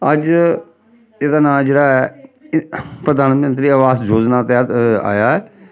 अज्ज एह्दा नांऽ जेह्ड़ा ऐ प्रधानमंत्री आवास योजना तैह्त आया ऐ